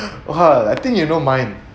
oh ha I think you know mine